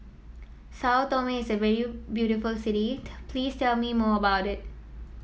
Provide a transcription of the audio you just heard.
Sao Tome is a very beautiful city tell please tell me more about it